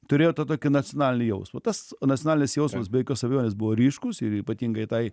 turėjo tą tokį nacionalinį jausmą tas nacionalinis jausmas be jokios abejonės buvo ryškūs ir ypatingai tai